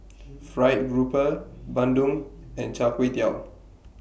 Fried Grouper Bandung and Char Kway Teow